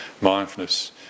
mindfulness